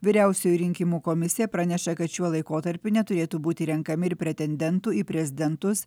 vyriausioji rinkimų komisija praneša kad šiuo laikotarpiu neturėtų būti renkami ir pretendentų į prezidentus